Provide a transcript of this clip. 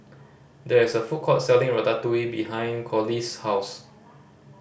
there is a food court selling Ratatouille behind Corliss' house